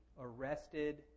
arrested